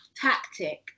tactic